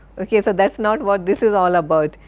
ok, so that's not what this is all about,